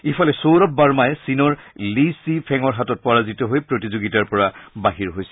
ইফালে সৌৰভ বাৰ্মাই চীনৰ লী চি ফেংৰ হাতত পৰাজিত হৈ প্ৰতিযোগিতাৰ পৰা বাহিৰ হৈছে